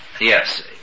yes